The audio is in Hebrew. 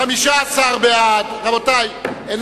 15 בעד, 39